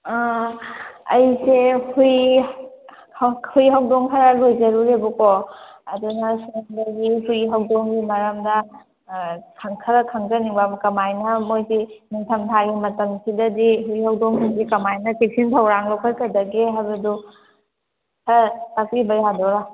ꯑꯩꯁꯦ ꯍꯨꯏ ꯍꯨꯏ ꯍꯧꯗꯣꯡ ꯈꯔ ꯂꯣꯏꯖꯔꯨꯔꯦꯕꯀꯣ ꯑꯗꯨꯅ ꯁꯣꯝꯗꯒꯤ ꯍꯨꯏ ꯍꯧꯗꯣꯡꯒꯤ ꯃꯔꯝꯗ ꯈꯔ ꯈꯪꯖꯅꯤꯡꯕ ꯑꯃꯨꯛ ꯀꯃꯥꯏꯅ ꯃꯣꯏꯁꯤ ꯅꯤꯡꯊꯝ ꯊꯥꯒꯤ ꯃꯇꯝꯁꯤꯗꯗꯤ ꯍꯨꯏ ꯍꯧꯗꯣꯡꯁꯤꯡꯁꯤ ꯀꯃꯥꯏꯅ ꯆꯦꯛꯁꯤꯟ ꯊꯧꯔꯥꯡ ꯂꯧꯈꯠꯀꯗꯒꯦ ꯍꯥꯏꯕꯗꯨ ꯈꯔ ꯇꯥꯛꯄꯤꯕ ꯌꯥꯗꯣꯏꯔꯥ